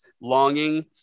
longing